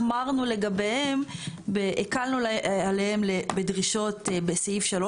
החמרנו לגביהם והקלנו עליהם בדרישות בסעיף 3,